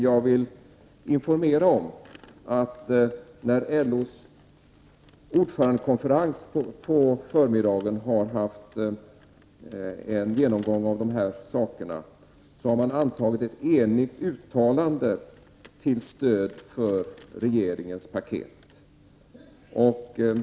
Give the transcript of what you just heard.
Jag vill informera om att LO:s ordförandekonferens på förmiddagen har haft en genomgång av dessa saker och då antagit ett enigt uttalande till stöd för regeringens paket.